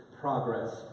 progress